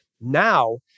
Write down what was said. now